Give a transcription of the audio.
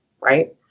right